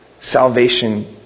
salvation